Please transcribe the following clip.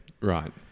Right